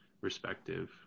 respective